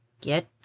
Get